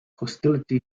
hostility